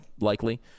likely